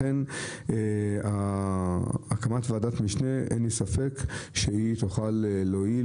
לכן אין לי ספק שהקמת ועדת משנה תוכל להועיל